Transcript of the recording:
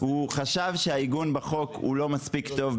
הוא חשב שהעיגון בחוק הוא לא מספיק טוב,